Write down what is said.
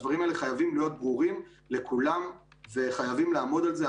הדברים האלה חייבים להיות ברורים לכולם וחייבים לעמוד על זה.